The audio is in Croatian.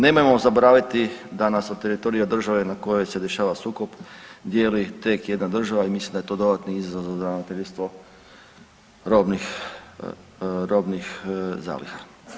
Nemojmo zaboraviti da nas od teritorija države na kojoj se dešava sukob dijeli tek jedna država i mislim da je to dodatni izazova za ravnateljstvo robnih, robnih zaliha.